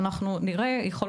ועוד נראה איך נעשה את זה.